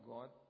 God